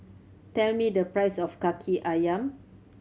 tell me the price of Kaki Ayam